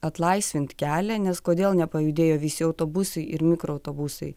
atlaisvint kelią nes kodėl nepajudėjo visi autobusai ir mikroautobusai